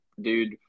dude